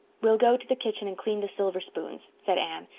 we'll go to the kitchen and clean the silver spoons, said anne.